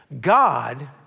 God